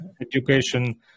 education